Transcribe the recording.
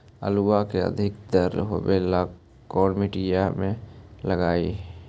आलू के अधिक दर होवे ला कोन मट्टी में लगीईऐ?